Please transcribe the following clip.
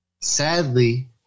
sadly